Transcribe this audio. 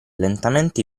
lentamente